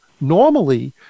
normally